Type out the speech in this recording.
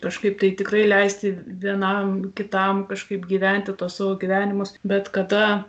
kažkaip tai tikrai leisti vienam kitam kažkaip gyventi tuos savo gyvenimus bet kada